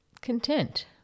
content